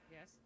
Yes